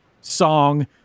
song